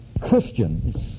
Christians